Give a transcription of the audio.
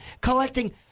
collecting